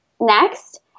next